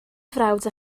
frawd